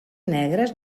negres